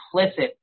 implicit